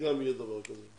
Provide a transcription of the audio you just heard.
גם יהיה ממונה כזה.